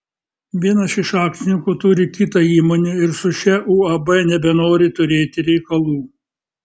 vienas iš akcininkų turi kitą įmonę ir su šia uab nebenori turėti reikalų